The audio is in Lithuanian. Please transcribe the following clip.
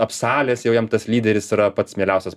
apsalęs jau jam tas lyderis yra pats mieliausias